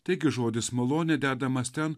taigi žodis malonė dedamas ten